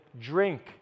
drink